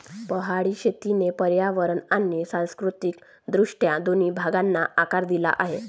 पहाडी शेतीने पर्यावरण आणि सांस्कृतिक दृष्ट्या दोन्ही भागांना आकार दिला आहे